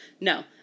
No